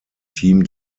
team